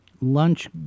lunch